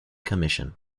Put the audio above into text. commission